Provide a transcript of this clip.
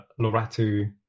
Loratu